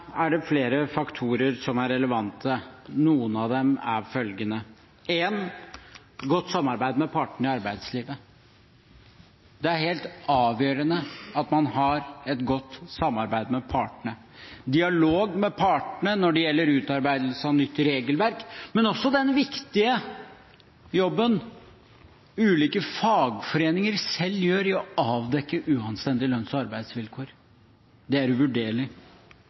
er det flere faktorer som er relevante. Noen av dem er følgende: Den første er godt samarbeid med partene i arbeidslivet. Det er helt avgjørende at man har et godt samarbeid med partene – dialog med partene når det gjelder utarbeidelse av nytt regelverk, men også den viktige jobben ulike fagforeninger selv gjør i å avdekke uanstendige lønns- og arbeidsvilkår. Det er uvurderlig.